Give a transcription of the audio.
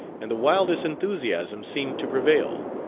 and the wildest enthusiasm seemed to prevail.